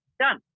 Done